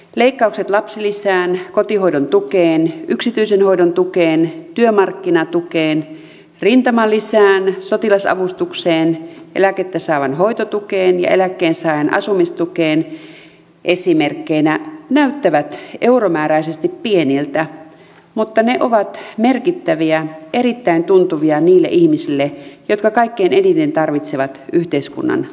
leikkaukset lapsilisään kotihoidon tukeen yksityisen hoidon tukeen työmarkkinatukeen rintamalisään sotilasavustukseen eläkettä saavan hoitotukeen ja eläkkeensaajan asumistukeen esimerkkeinä näyttävät euromääräisesti pieniltä mutta ne ovat merkittäviä erittäin tuntuvia niille ihmisille jotka kaikkein eniten tarvitsevat yhteiskunnan apua